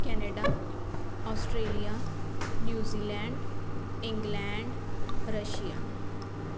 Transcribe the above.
Canada Australia New Zealand England Russia